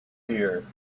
here